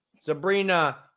sabrina